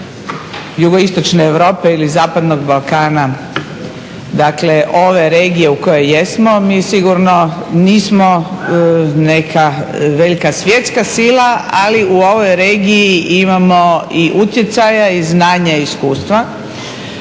jugoistočne Europe ili zapadnog Balkana, dakle ove regije u kojoj jesmo. Mi sigurno nismo neka velika svjetska sila ali u ovoj regiji imamo i utjecaja i znanja i iskustva